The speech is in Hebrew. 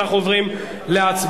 אנחנו עוברים להצבעה.